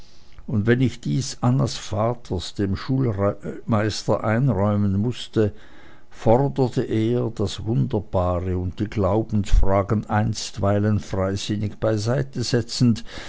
und wenn ich dies annas vater dem schulmeister einräumen mußte forderte er das wunderbare und die glaubensfragen einstweilig freisinnig beiseite setzend